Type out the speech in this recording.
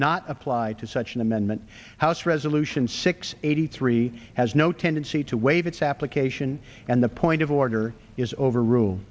not apply to such an amendment house resolution six eighty three has no tendency to waive its application and the point of order is over